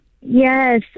yes